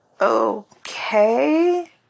okay